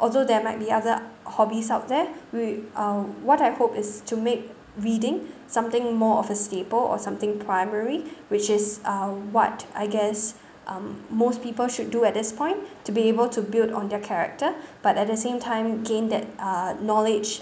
although there might be other hobbies out there w~ um what I hope is to make reading something more of a staple or something primary which is uh what I guess um most people should do at this point to be able to build on their character but at the same time gain that uh knowledge